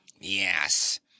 yes